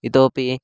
इतोपि